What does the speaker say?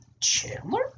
Chandler